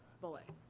bullet?